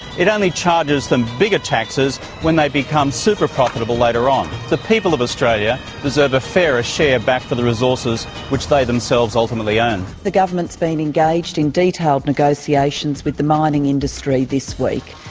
it only charges them bigger taxes when they become super profitable later on. the people of australia deserve a fairer share back for the resources which they themselves ultimately own. the government's been engaged in detailed negotiations with the mining industry this week.